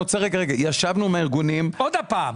ישבנו עם הארגונים --- עוד הפעם.